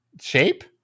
shape